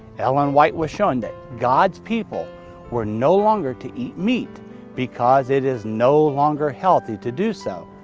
ellen white was shown that god's people were no longer to eat meat because it is no longer healthy to do so.